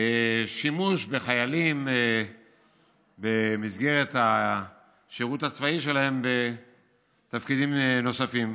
שימוש בחיילים במסגרת השירות הצבאי שלהם בתפקידים נוספים.